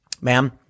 Ma'am